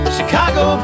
Chicago